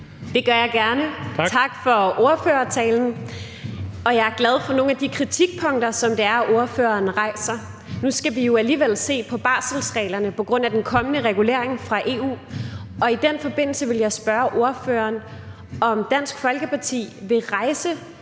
(DF): Tak). Tak for ordførertalen. Jeg er glad for nogle af de kritikpunkter, som ordføreren rejser. Nu skal vi jo alligevel se på barselsreglerne på grund af den kommende regulering fra EU, og i den forbindelse vil jeg spørge ordføreren, om Dansk Folkeparti vil rejse